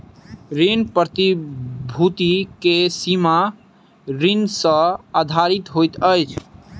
ऋण प्रतिभूति के सीमा ऋण सॅ आधारित होइत अछि